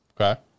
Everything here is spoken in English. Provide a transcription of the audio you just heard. Okay